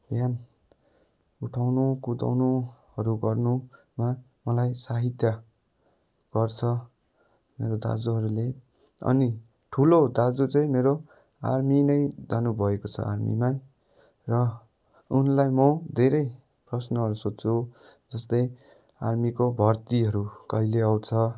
बिहान उठाउनु कुदाउनुहरू गर्नुमा मलाई सहायता गर्छ मेरो दाजुहरूले अनि ठुलो दाजु चाहिँ मेरो आर्मी नै जानुभएको छ आर्मीमै र उनलाई म धेरै प्रश्नहरू सोध्छु जस्तै आर्मीको भर्तीहरू कहिले आउँछ